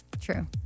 true